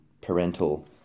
parental